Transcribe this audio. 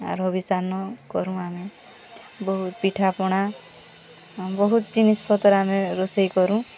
ଆରୁ ହବିଷାନ୍ନ କରୁଁ ଆମେ ବହୁତ୍ ପିଠାପଣା ବହୁତ୍ ଜିନିଷ୍ ପତର୍ ଆମେ ରୋଷେଇ କରୁଁ